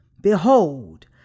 Behold